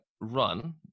run